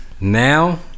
now